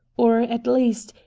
or, at least,